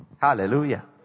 Hallelujah